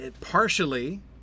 partially